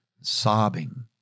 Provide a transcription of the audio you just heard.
sobbing